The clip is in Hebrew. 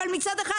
אבל מצד שני,